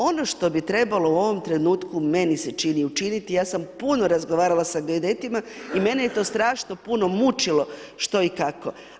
Ono što bi trebalo u ovom trenutku, meni se čini učiniti, ja sam puno razgovarala sa geodetima i mene je to strašno puno mučilo, što i kako.